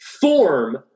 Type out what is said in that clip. form